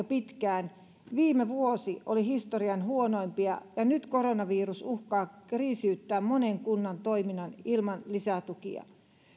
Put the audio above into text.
pitkään viime vuosi oli historian huonoimpia ja nyt koronavirus uhkaa kriisiyttää monen kunnan toiminnan ilman lisätukia